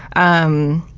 um,